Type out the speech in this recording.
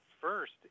first